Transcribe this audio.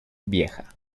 vieja